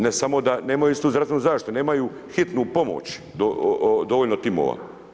Ne samo da nemaju istu zdravstvenu zaštitu nemaju hitnu pomoć, dovoljno timova.